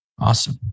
Awesome